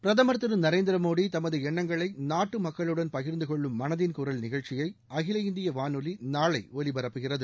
பிரதமர் திரு நரேந்திரமோடி தமது எண்ணங்களை நாட்டு மக்களுடன் பகிர்ந்து கொள்ளும் மனதின் குரல் நிகழ்ச்சியை அகில இந்திய வானொலி நாளை ஒலிபரப்புகிறது